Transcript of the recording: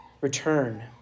return